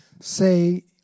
say